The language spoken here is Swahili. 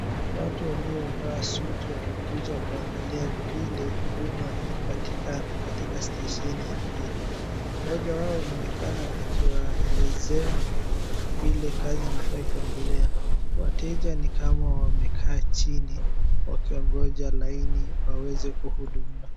Watu waliovaa suti wamekuja kuangalia vile huduma inapatikana katika stesheni hii. Moja wao inaonekana akiwaelezea vile kazi inafai kuendelea. Wateja ni kama wamekaa chini wakiongoja laini waweze kuhudumiwa.